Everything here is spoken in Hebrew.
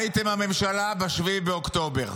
הייתם הממשלה ב-7 באוקטובר,